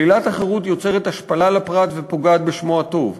שלילת החירות יוצרת השפלה לפרט ופוגעת בשמו הטוב.